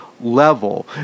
level